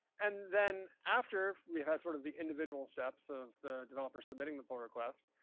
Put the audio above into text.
and then after, we had sort of the individual steps of the developer submitting the pull request,